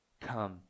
Come